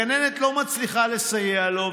הגננת לא מצליחה לסייע לו,